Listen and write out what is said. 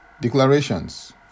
Declarations